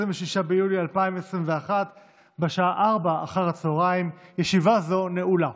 26 ביולי 2021, בשעה 16:00. ישיבה זו נעולה.